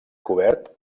cobert